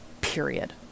Period